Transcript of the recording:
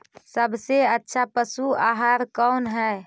सबसे अच्छा पशु आहार कौन है?